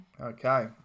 Okay